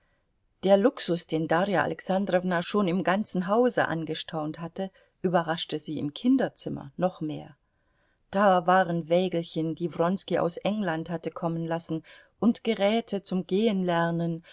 der luxus den darja alexandrowna schon im ganzen hause angestaunt hatte überraschte sie im kinderzimmer noch mehr da waren wägelchen die wronski aus england hatte kommen lassen und geräte zum